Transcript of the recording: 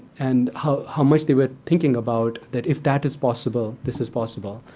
and how how much they were thinking about that if that is possible, this is possible.